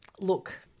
Look